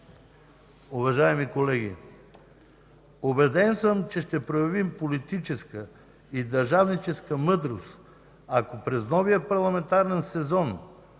Уважаеми колеги, убеден съм, че ще проявим политическа и държавническа мъдрост, ако през новия парламентарен сезон